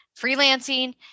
freelancing